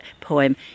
poem